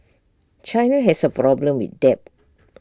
China has A problem with debt